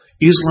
Islam